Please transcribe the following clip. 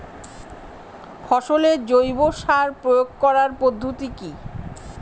ফসলে জৈব সার প্রয়োগ করার পদ্ধতি কি?